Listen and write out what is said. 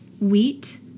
Wheat